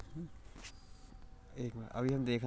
मैं gold bond कैसे ले सकता हूँ?